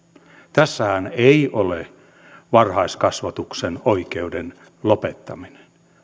asiaa tässähän ei ole kyseessä varhaiskasvatuksen oikeuden lopettaminen